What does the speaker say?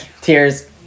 Tears